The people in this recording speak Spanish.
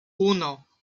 uno